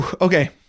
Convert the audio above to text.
Okay